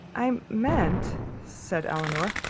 i meant, said elinor,